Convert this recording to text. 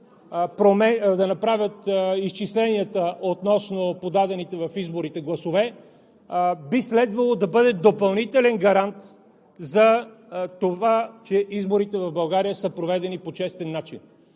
да направят изчисленията относно подадените в изборите гласове, би следвало да бъде допълнителен гарант, че изборите в България са проведени по честен начин.